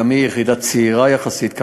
היא יחידה צעירה יחסית,